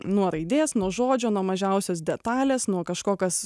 nuo raidės nuo žodžio nuo mažiausios detalės nuo kažko kas